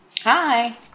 Hi